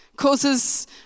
Causes